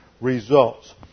results